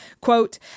Quote